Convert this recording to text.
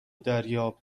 دریاب